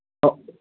okay